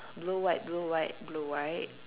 blue white blue white blue white